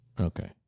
okay